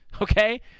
okay